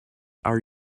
are